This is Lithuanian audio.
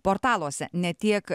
portaluose ne tiek